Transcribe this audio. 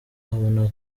abona